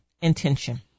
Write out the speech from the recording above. intention